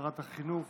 שרת החינוך